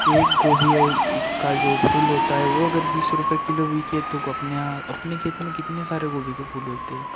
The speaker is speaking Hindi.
एक गोभी है का जो फूल होता है वो अगर बीस रुपये किलो बिके तो को अप्न्या अपने खेत में कितने सारे गोभी के फूल होते हैं